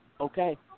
okay